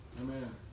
Amen